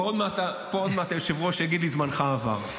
עוד מעט היושב-ראש פה יגיד לי: זמנך עבר.